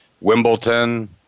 Wimbledon